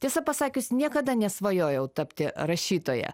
tiesą pasakius niekada nesvajojau tapti rašytoja